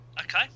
Okay